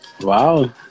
Wow